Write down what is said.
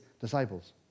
disciples